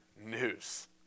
news